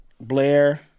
Blair